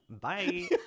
Bye